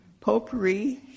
Potpourri